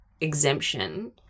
exemption